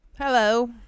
Hello